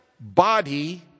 body